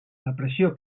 depressió